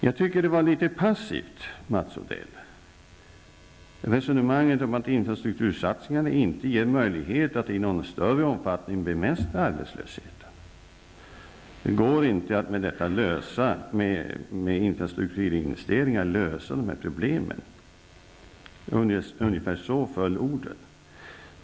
Jag tycker att resonemanget om att infrastruktursatsningarna inte ger möjlighet att i någon större omfattning bemästra arbetslösheten var litet passivt, Mats Odell. Det går inte att med infrastrukturinvesteringar lösa problemen -- ungefär så föll orden.